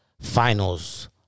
finals